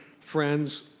friends